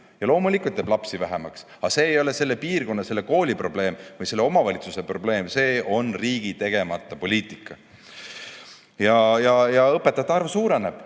ja loomulikult jääb lapsi vähemaks. Aga see ei ole selle piirkonna, selle kooli probleem või selle omavalitsuse probleem, see on riigi tegemata poliitika. Õpetajate arv suureneb,